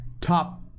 top